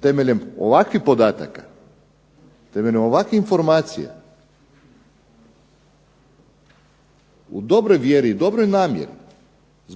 temeljem ovakvih podataka, temeljem ovakve informacije u dobroj vjeri i dobroj namjeri